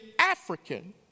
African